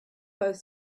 both